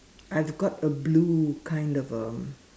I've got a blue kind of um